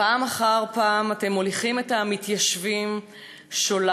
פעם אחר פעם אתם מוליכים את המתיישבים שולל,